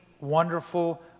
wonderful